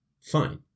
fine